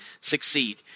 succeed